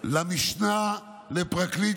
למשנה לפרקליט